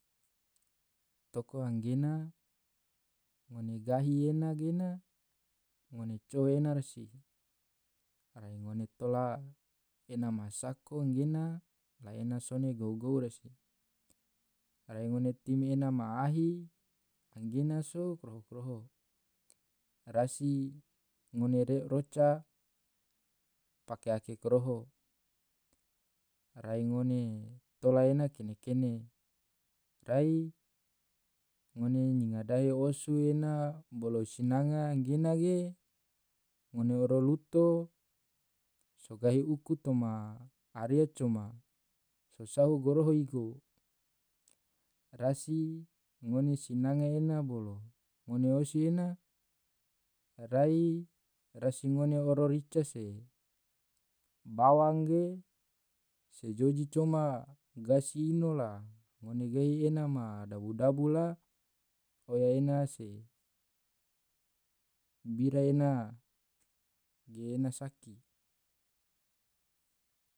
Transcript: toko anggena ngone gahi ena gena ngone coho ena rasi rai ngone tola ena masako nggena la ena sone gou-gou rasi, rai ngone tim ena ma ahi anggena so kroho kroho, rasi ngone re roca pake ake koroho rai ngone tola ena kene-kene rai ngone nyinga dai wosu ena bolo sinanga nggena ge ngone oro luto sogahi uku toma aria coma so sahu goroho igo rasi ngone sinanga ena bolo ngone osi ena rai rasi ngone oro rica se bawang ge sejoji coma gasi ino la ngone gai ena ma dabu dabu la oya ena se bira ena geena saki.